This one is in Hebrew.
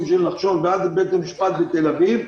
של נחשון ועד לבית המשפט בתל אביב,